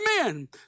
amen